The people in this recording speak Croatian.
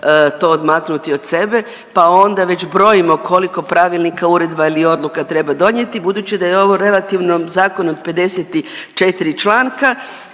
to odmaknuti od sebe pa onda već brojimo koliko pravilnika uredba ili odluka treba donijeti, budući da je ovo relativnom zakonu od 54 članka